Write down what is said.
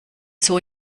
zoo